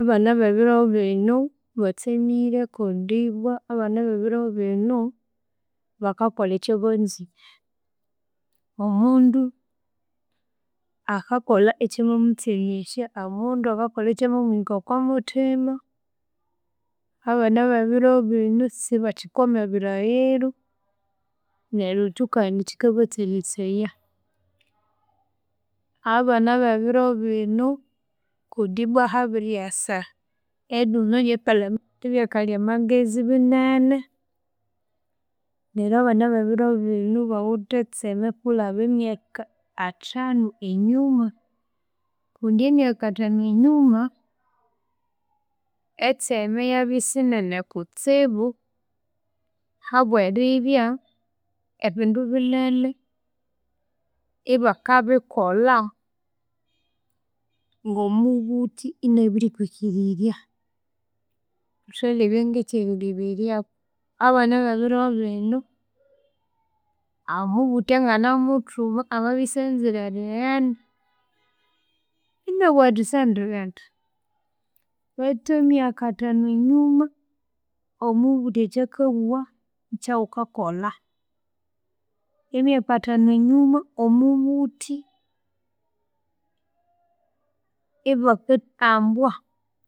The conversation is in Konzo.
Abana bebiro binu batsemire kundibwa, abana bebiro bino bakakolha ekyabanzire. Omundu akakolha ekyamamutsemesya, amundu akakolha ekyamamuhika okwamuthima, abana bebiro bino sibakyikwama ebilhaghiro, neru tu kandi ibo kyikabatsemesaya. Abana bebiro bino kundibwa habiryasa ebyuma bya pala ebyakalya magezi binene, neryo abana bebiro bino bawithe etseme kulaba eyaka athanu enyuma. Kundi emyaka athanu enyuma, etseme yabya isinene kutsibu habweribya ebindu binene ibakabikolha ngomubuthi inabirikwikirirya. Thuthalebya ngekyerileberyaku abana bebiro binu ahu omubuthi anganamuthuma amabya isanzire erighenda inabughathi sendighenda. Bethu emyaka athanu enyuma omubuthi ekyakabugha ikyawukakolha. Emyaka athanu enyuma omubuthi ibaka ambwa